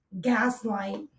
gaslight